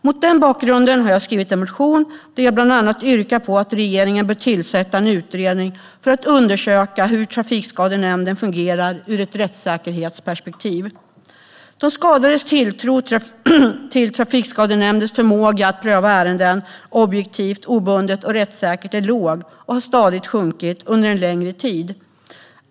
Mot denna bakgrund har jag skrivit en motion där jag bland annat yrkar att regeringen bör tillsätta en utredning för att undersöka hur Trafikskadenämnden fungerar ur ett rättssäkerhetsperspektiv. De skadades tilltro till Trafikskadenämndens förmåga att pröva ärenden objektivt, obundet och rättssäkert är liten och har stadigt minskat under en längre tid.